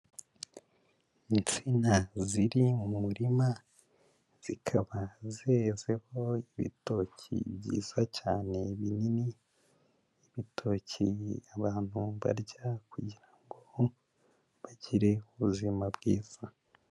Insina ziri mu murima, zikaba zezeho ibitoki byiza cyane, binini, ibitoki abantu barya kugira ngo bagire ubuzima bwiza.